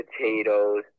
potatoes